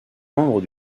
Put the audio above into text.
membre